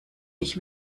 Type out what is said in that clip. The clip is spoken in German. dich